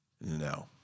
no